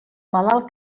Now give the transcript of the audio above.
malalt